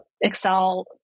Excel